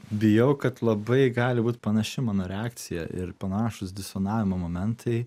bijau kad labai gali būti panaši mano reakcija ir panašūs disponavimo momentai